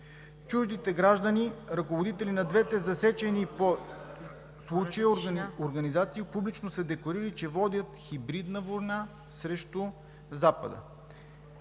Чуждите граждани, ръководители на двете засечени по случая организации, публично са декларирали, че водят хибридна война срещу Запада.